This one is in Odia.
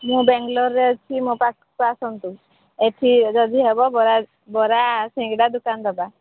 ମୁଁ ବାଙ୍ଗାଲୋରରେ ଅଛି ମୋ ପାଖକୁ ଆସନ୍ତୁ ଏଠି ଯଦି ହେବ ବରା ବରା ସିଙ୍ଗଡ଼ା ଦୋକାନ ଦବା